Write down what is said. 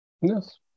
Yes